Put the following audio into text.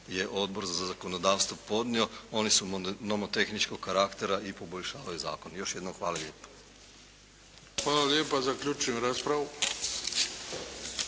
je Odbor za zakonodavstvo podnio. Oni su nomotehničkog karaktera i poboljšavaju zakon. Još jednom, hvala lijepo. **Bebić, Luka (HDZ)** Hvala